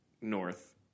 North